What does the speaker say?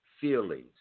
feelings